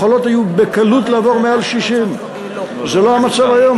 היו יכולות בקלות לעבור מעל 60. זה לא המצב היום.